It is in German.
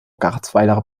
garzweiler